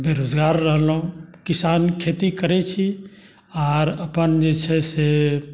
बेरोजगार रहलहुँ किसान खेती करैत छी आओर अपन जे छै से